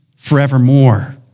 forevermore